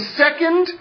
second